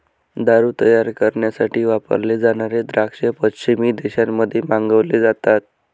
दारू तयार करण्यासाठी वापरले जाणारे द्राक्ष पश्चिमी देशांमध्ये मागवले जातात